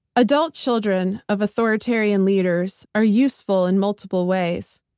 adult children of authoritarian leaders are useful in multiple ways.